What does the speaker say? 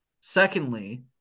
Secondly